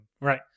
Right